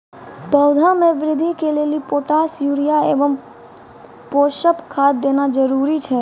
पौधा मे बृद्धि के लेली पोटास यूरिया एवं पोषण खाद देना जरूरी छै?